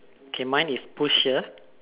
okay mine is pusher